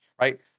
right